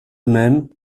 même